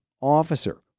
officer